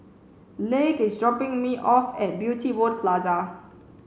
is dropping me off at Beauty World Plaza